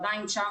הוא עדיין שם,